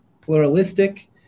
pluralistic